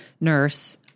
nurse